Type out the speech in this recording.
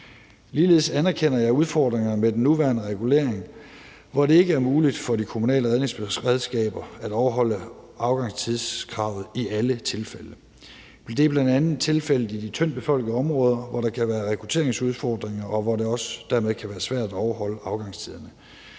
Ligeledes anerkender jeg udfordringerne med den nuværende regulering, hvor det ikke er muligt for de kommunale redningsberedskaber at overholde afgangstidskravet i alle tilfælde. Det er bl.a. tilfældet i de tyndtbefolkede områder, hvor der kan være rekrutteringsudfordringer, og hvor det også dermed kan være svært at overholde afgangstiderne.